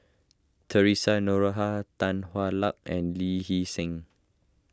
theresa Noronha Tan Hwa Luck and Lee Hee Seng